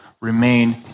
Remain